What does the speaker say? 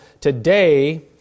Today